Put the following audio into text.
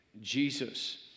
Jesus